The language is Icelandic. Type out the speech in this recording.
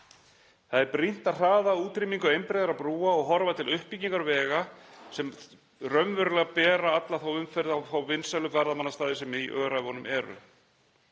Það er brýnt að hraða útrýmingu einbreiðra brúa og horfa til uppbyggingar vega sem bera raunverulega alla umferðina á þá vinsælu ferðamannastaði sem í Öræfunum eru.